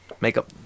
Makeup